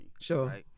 Sure